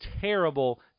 terrible